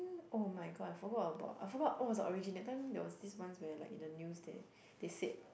[oh]-my-god I forgot about I forgot what was the origin that time there was this once where like in the news they they said